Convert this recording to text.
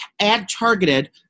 ad-targeted